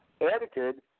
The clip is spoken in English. edited